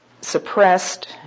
suppressed